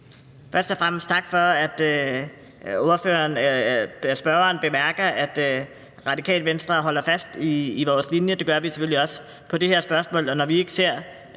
Først og fremmest tak for, at spørgeren bemærker, at Radikale Venstre holder fast i sin linje. Det gør vi selvfølgelig også i det her spørgsmål.